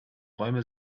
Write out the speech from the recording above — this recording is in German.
räume